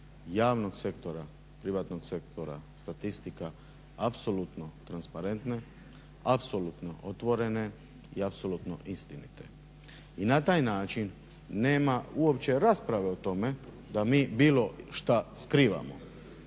javnog sektora, privatnog sektora, statistika apsolutno transparentne, apsolutno otvorene i apsolutno istinite i na taj način nema uopće rasprave o tome da mi bilo šta skrivamo.